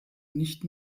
nicht